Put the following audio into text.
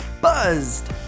buzzed